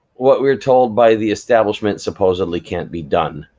what we're told by the establishment supposedly can't be done,